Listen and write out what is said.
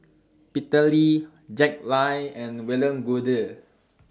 Peter Lee Jack Lai and William Goode